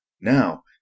now